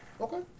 Okay